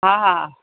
हा हा